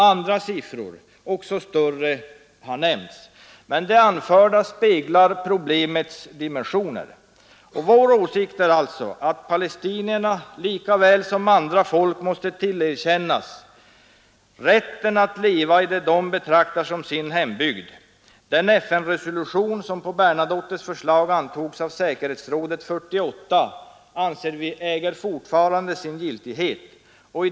Andra siffror, också större har nämnts, men de anförda speglar problemets dimensioner. Vår åsikt är att palestinierna lika väl som andra folk måste tillerkännas rätten att leva i det som de betraktar som sin hembygd. Den FN-resolution som på Bernadottes förslag antogs av Generalförsamlingen 1948 anser vi fortfarande äga sin giltighet.